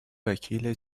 وکیل